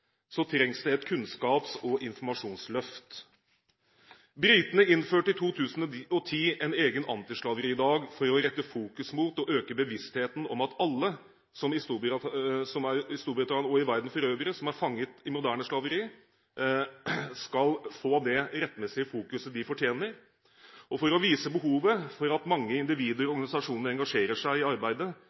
trengs det et kunnskaps- og informasjonsløft. Britene innførte i 2010 en egen antislaveridag for å rette fokus mot og øke bevisstheten om at alle som i Storbritannia og i verden for øvrig er fanget i moderne slaveri, skal få det rettmessige fokuset de fortjener. For å vise behovet for at mange individer og organisasjoner engasjerer seg i arbeidet